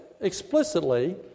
explicitly